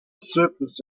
surplus